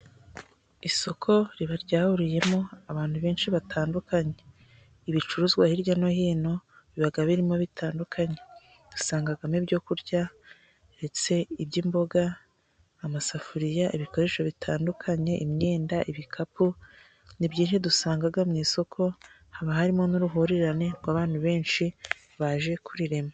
Isoko riba ryahuriyemo abantu benshi batandukanye, ibicuruzwa hirya no hino biba birimo bitandukanye. Dusangamo ibyo kurya ndetse iby'imboga, amasafuriya, ibikoresho bitandukanye, imyenda, ibikapu. Ni byiza dusanga mu isoko, haba harimo n'uruhurirane rw'abantu benshi baje kurirema.